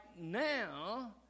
now